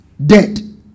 Dead